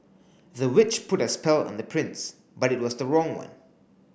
the witch put a spell on the prince but it was the wrong one